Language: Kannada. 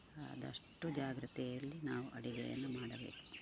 ಆದಷ್ಟು ಜಾಗ್ರತೆಯಲ್ಲಿ ನಾವು ಅಡುಗೆಯನ್ನು ಮಾಡಬೇಕು